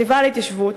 החטיבה להתיישבות.